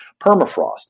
permafrost